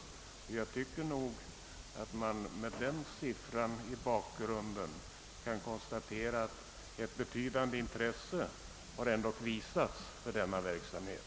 Jag tycker nog att man med den siffran i minnet kan konstatera att ett betydande intresse visats för denna verksamhet.